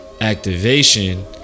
activation